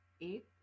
eight